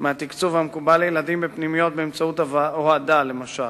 מהתקצוב המקובל לילדים בפנימיות באמצעות הוועדה למשל.